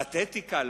ועדת אתיקה,